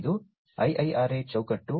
ಇದು IIRA ಚೌಕಟ್ಟು